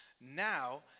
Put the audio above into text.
now